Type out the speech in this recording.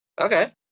Okay